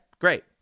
great